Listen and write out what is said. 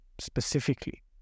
specifically